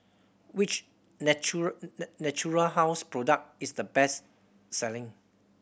which Natura Natura House product is the best selling